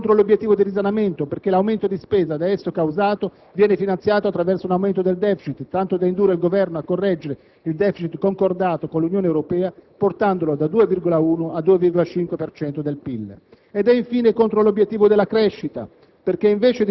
Ma è anche contro l'obiettivo del risanamento, perché l'aumento di spesa, da esso causato, viene finanziato attraverso un aumento del *deficit*, tanto da indurre il Governo a correggere il *deficit* «concordato» con l'Unione Europea, portandolo dal 2,1 al 2,5 per cento del PIL. Ed è infine contro l'obiettivo della crescita,